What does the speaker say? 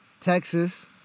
Texas